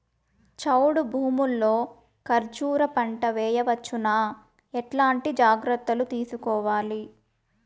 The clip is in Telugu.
చౌడు భూముల్లో కర్బూజ పంట వేయవచ్చు నా? ఎట్లాంటి జాగ్రత్తలు తీసుకోవాలి?